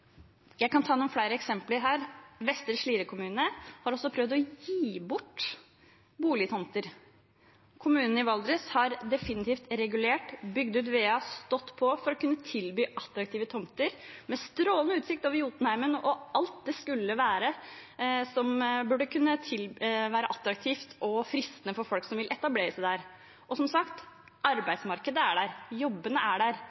Jeg kan ta noen flere eksempler. Vestre Slidre kommune har også prøvd å gi bort boligtomter. Kommunen i Valdres har definitivt regulert, bygd ut veier og stått på for å kunne tilby attraktive tomter med strålende utsikt over Jotunheimen og hva det måtte være som burde være attraktivt og fristende for folk som vil etablere seg. Og som sagt, arbeidsmarkedet er der,